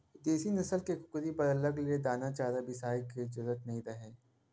देसी नसल के कुकरी बर अलग ले दाना चारा बिसाए के जरूरत नइ रहय